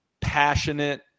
passionate